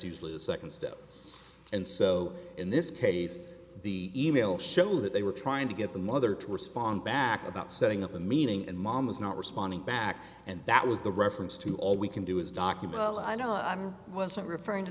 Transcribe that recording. usually the second step and so in this case the e mail show that they were trying to get the mother to respond back about setting up a meeting and mom was not responding back and that was the reference to all we can do is document i don't know i'm wasn't referring to